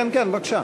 בבקשה.